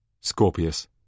Scorpius